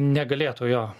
negalėtų jo